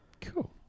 Cool